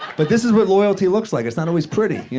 but this is what loyalty looks like. it's not always pretty, you